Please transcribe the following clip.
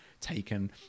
taken